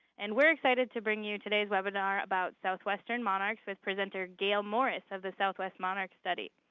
and we're excited to bring you today's webinar about southwestern monarchs with presenter gail morris of the southwest monarch study.